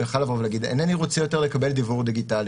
הוא יכול היה לבוא ולהגיד: אינני רוצה לקבל יותר דיוור דיגיטלי.